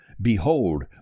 Behold